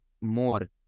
more